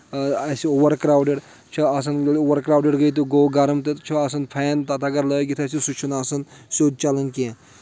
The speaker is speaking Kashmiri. اَسہِ اُوَر کرٛاوڈٕڈ چھےٚ آسان گۄڈٕ اُوَر کرٛاوڈِڈ گٔے تہٕ گوٚو گرم تہِ چھُ آسان فین تَتھ اگر لٲگِتھ اَسہِ سُہ چھُنہٕ آسان سیٚود چلان کینٛہہ